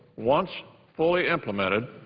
once fully implemented,